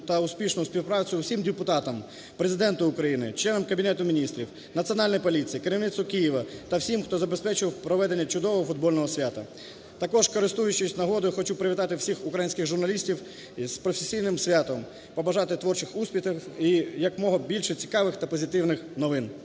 та успішну співпрацю всім депутатам, Президенту України, членам Кабінету Міністрів, Національній поліції, керівництву Києва та всім, хто забезпечував проведення чудового футбольного свята. Також, користуючись нагодою, хочу привітати всіх українських журналістів із професійним святом. Побажати творчих успіхів і якомога більше цікавих та позитивних новин.